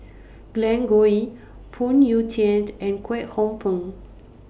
Glen Goei Phoon Yew Tien and Kwek Hong Png